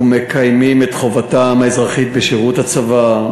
ומקיימים את חובתם האזרחית בשירות הצבא,